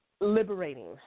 liberating